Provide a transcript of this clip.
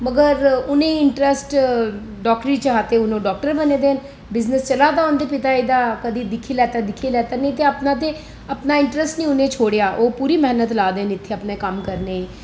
मगर उनेंगी इंटरेस्ट डाॅक्टरी च हा ते हून ओह् डाक्टर बने दे बिजनस चला दा उंदा उंदे पिता जी दा कदें दिक्खी लैता ते दिक्खी लैता नेईं ते अपना ते इंटरेस्ट नेईं उनें छोड़ेआ ओह् पूरी मेहनत ला दे ना इत्थै कम्म करने गी